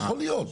יכול להיות.